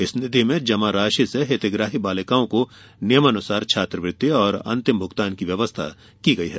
इस निधि में जमा राशि से हितग्राही बालिकाओं को नियमानुसार छात्रवृत्ति और अंतिम भुगतान की व्यवस्था है